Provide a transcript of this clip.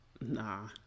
Nah